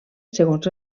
segons